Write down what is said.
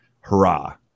hurrah